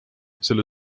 selle